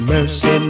Mercy